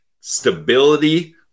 Stability